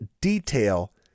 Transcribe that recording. detail